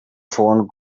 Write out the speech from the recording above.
phone